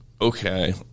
okay